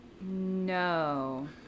No